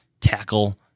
tackle